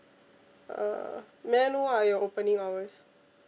uh may I know what are your opening hours